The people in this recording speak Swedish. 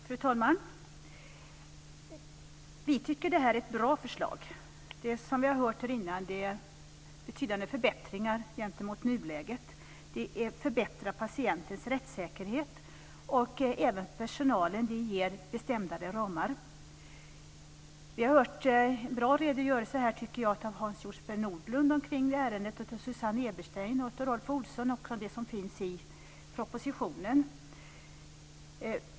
Fru talman! Vi tycker att det här är ett bra förslag. Som vi i det föregående har hört föreslås betydande förbättringar i förhållande till nuläget. Förslagen förbättrar patientens rättssäkerhet, och de ger personalen bestämdare ramar. Jag tycker att Hans Hjortzberg-Nordlund, Susanne Eberstein och Rolf Olsson har lämnat bra redogörelser för ärendet och innehållet i propositionen.